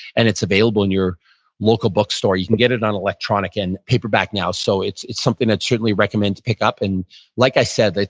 and it's available in your local bookstore. you can get it on electronic and paperback now. so it's it's something that's certainly recommended to pick up. and like i said, like